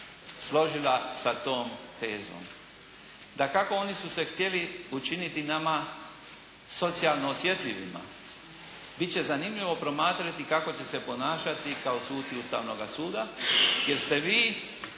složila sa tom tezom. Dakako oni su se htjeli učiniti nama socijalno osjetljivima. Bit će zanimljivo promatrati kako će se ponašati kako suci Ustavnoga suda jer ste vi